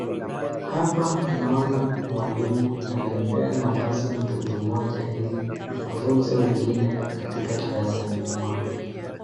Hapa naona mwalimu alimpea nafasi mtoto mmoja ili afunze wengine katika darasani mwao.